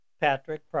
Patrick